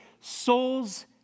Souls